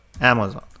Amazon